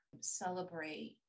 celebrate